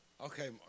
Okay